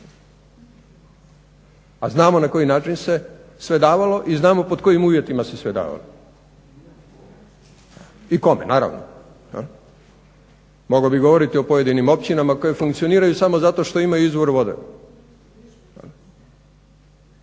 A znamo na koji način se sve davalo i znamo pod kojim uvjetima se sve davalo i kome naravno. Mogao bih govoriti o pojedinim općinama koje funkcioniraju samo zato što imaju izvor vode.